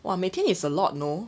!wah! 每天 is a lot no